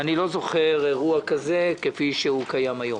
אני לא זוכר אירוע כזה כפי שקיים היום.